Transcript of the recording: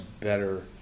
better